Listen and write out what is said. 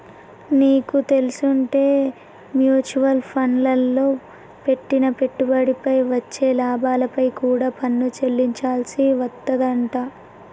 నీకు తెల్సుంటే మ్యూచవల్ ఫండ్లల్లో పెట్టిన పెట్టుబడిపై వచ్చే లాభాలపై కూడా పన్ను చెల్లించాల్సి వత్తదంట